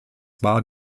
war